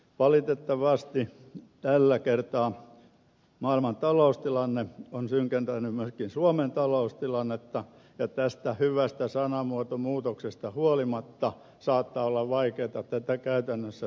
valitettavasti tällä kertaa maailman taloustilanne on synkentänyt myöskin suomen taloustilannetta ja tästä hyvästä sanamuotomuutoksesta huolimatta saattaa olla vaikeata tätä käytännössä toteuttaa